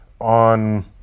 on